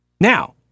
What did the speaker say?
Now